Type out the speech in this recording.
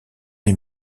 les